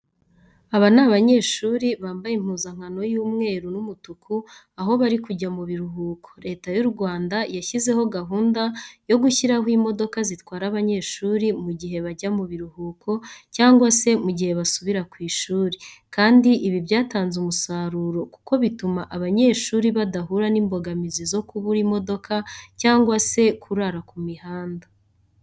Aba ni abanyeshuri bambaye impuzankano y'umweru n'umutuku, aho bari kujya mu biruhuko. Leta y'u Rwanda yashyizeho gahunda yo gushyiraho imodoka zitwara abanyeshuri mu gihe bajya mu biruhuko cyangwa se mu gihe basubira ku ishuri, kandi ibi byatanze umusaruro kuko bituma abanyeshuri badahura n'imbogamizi zo kubura imodoka cyangwa se kurara ku mihanda.